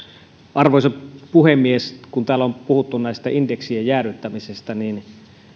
arvoisa puhemies kun täällä on puhuttu näistä indeksien jäädyttämisistä niin